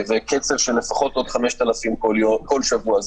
בקצב של לפחות עוד 5,000 בכל שבוע.